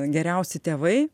geriausi tėvai